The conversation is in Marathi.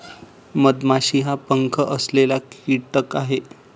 मधमाशी हा पंख असलेला कीटक आहे